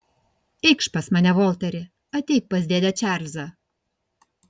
eikš pas mane volteri ateik pas dėdę čarlzą